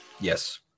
Yes